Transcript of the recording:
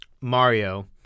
Mario